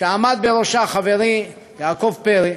שעמד בראשה חברי יעקב פרי,